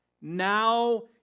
now